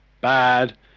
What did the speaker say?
bad